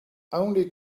only